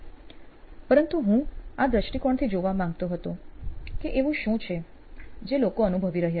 હું પરંતુ હું આ દ્રષ્ટિકોણથી જોવા માંગતો હતો કે એવું શું છે જે લોકો અનુભવી રહ્યા છે